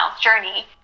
journey